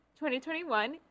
2021